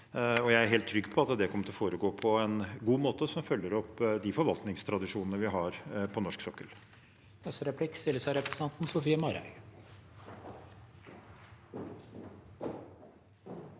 jeg er helt trygg på at det kommer til å foregå på en god måte som følger opp de forvaltningstradisjonene vi har på norsk sokkel.